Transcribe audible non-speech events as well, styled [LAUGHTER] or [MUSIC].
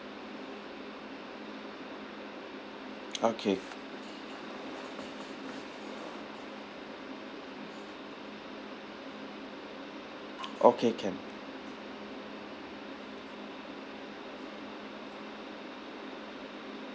[NOISE] okay okay can